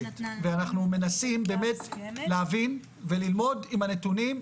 ואנחנו מנסים באמת להבין וללמוד עם הנתונים,